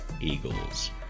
Eagles